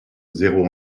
zéro